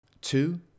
Two